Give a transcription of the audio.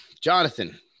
Jonathan